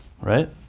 right